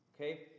okay